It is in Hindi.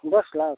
दस लाख